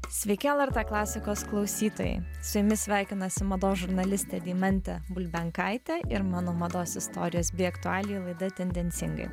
sveiki lrt klasikos klausytojai su jumis sveikinasi mados žurnalistė deimantė bulbenkaitė ir mano mados istorijos bei aktualijų laida tendencingai